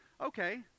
okay